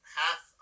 half